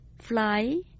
fly